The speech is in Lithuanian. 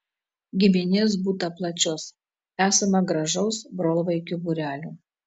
giminės būta plačios esama gražaus brolvaikių būrelio